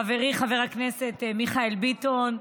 חברי חבר הכנסת מיכאל ביטון,